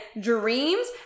dreams